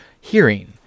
Hearing